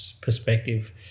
perspective